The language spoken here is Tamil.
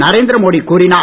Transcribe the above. நரேந்திர மோடி கூறினார்